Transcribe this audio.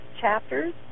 chapters